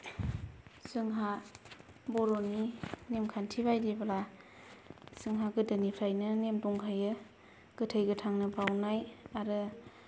जोंहा बर'नि नेमखान्थि बायदिब्ला जोंहा गोदोनिफ्रायनो नेम दंखायो गोथै गोथांनो बावनाय आरो